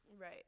right